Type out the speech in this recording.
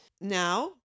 Now